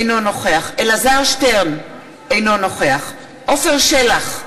אינו נוכח אלעזר שטרן, אינו נוכח עפר שלח,